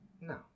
No